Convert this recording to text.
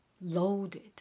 loaded